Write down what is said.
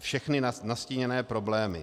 všechny nastíněné problémy.